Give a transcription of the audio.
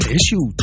Issue